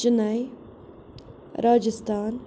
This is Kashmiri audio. چِنئی راجِستھان